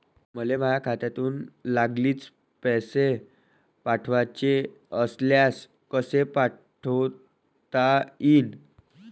मले माह्या खात्यातून लागलीच पैसे पाठवाचे असल्यास कसे पाठोता यीन?